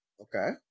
Okay